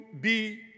be